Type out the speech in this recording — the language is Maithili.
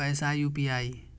पैसा यू.पी.आई?